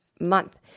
month